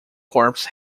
corps